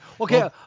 Okay